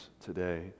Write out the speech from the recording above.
today